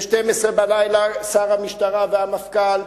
ב-24:00 את שר המשטרה והמפכ"ל.